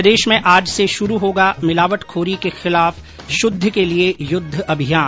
प्रदेश में आज से शुरू होगा मिलावटखोरी के खिलाफ शुद्ध के लिए युद्ध अभियान